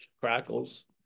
crackles